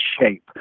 shape